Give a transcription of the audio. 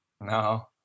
No